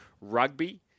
rugby